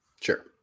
Sure